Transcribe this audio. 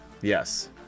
Yes